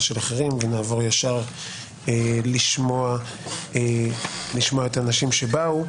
של אחרים ונעבור ישר לשמוע את האנשים שבאו.